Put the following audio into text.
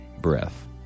breath